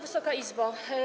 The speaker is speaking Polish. Wysoka Izbo!